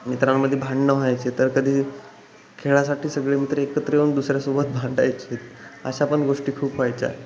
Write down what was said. मित्रांमध्ये भांडणं व्हायचे तर कधी खेळासाठी सगळे मित्र एकत्र येऊन दुसऱ्यासोबत भांडायचे अशा पण गोष्टी खूप व्हायच्या